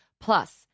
Plus